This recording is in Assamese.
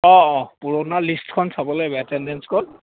অঁ অঁ পুৰণা লিষ্টখন চাব লাগিব এটেণ্ডেন্সখন